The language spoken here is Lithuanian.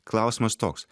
klausimas toks